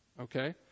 Okay